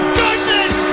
goodness